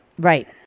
Right